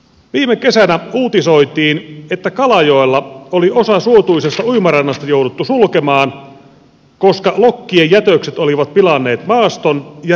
viime kesänä uutisoitiin että kalajoella oli osa suotuisesta uimarannasta jouduttu sulkemaan koska lokkien jätökset olivat pilanneet maaston ja rantaveden